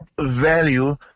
value